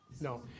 No